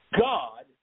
God